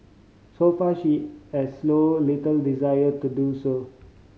so far she has slow little desire to do so